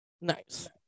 Nice